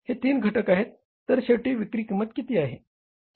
हे 3 घटक आहेत तर शेवटी विक्री किंमत किती आहे